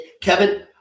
Kevin –